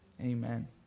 Amen